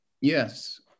yes